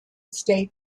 state